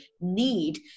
need